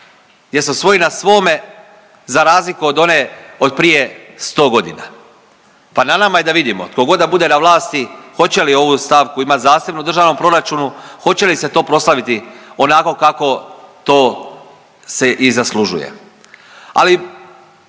jer su svoj na svome za razliku od one od prije sto godina. Pa na nama je da vidimo tko god da bude na vlasti hoće li ovu stavku imati zasebno u državnom proračunu, hoće li se to proslaviti onako kako se to i zaslužuje.